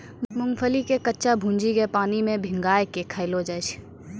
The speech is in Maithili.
मूंगफली के कच्चा भूजिके पानी मे भिंगाय कय खायलो जाय छै